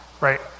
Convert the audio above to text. right